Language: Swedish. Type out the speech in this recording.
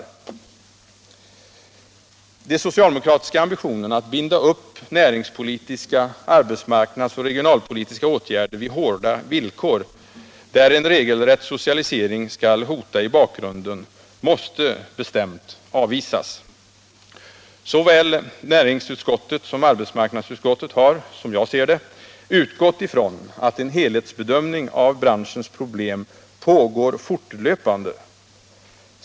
De 65 socialdemokratiska ambitionerna att binda upp näringspolitiska, arbetsmarknadsoch regionalpolitiska åtgärder vid hårda villkor, där en regelrätt socialisering skall hota i bakgrunden, måste bestämt avvisas. Såväl näringsutskottet som arbetsmarknadsutskottet har, som jag ser det, utgått ifrån att en helhetsbedömning av branschens problem pågår fortlöpande.